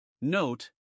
Note